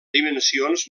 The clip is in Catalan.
dimensions